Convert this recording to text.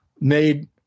made